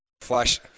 Flash